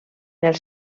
els